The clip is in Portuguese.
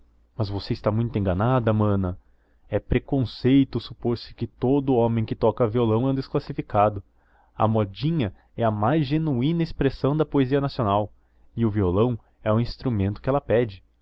mas você está muito enganada mana é preconceito supor se que todo o homem que toca violão é um desclassificado a modinha é a mais genuína expressão da poesia nacional e o violão é o instrumento que ela pede